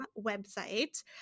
website